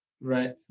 Right